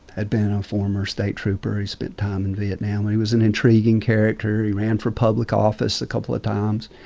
had been a former state trooper. he spent time in vietnam. and he was an intriguing character. he ran for public office a couple of times.